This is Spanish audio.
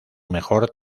mejor